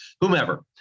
whomever